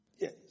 yes